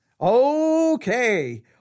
Okay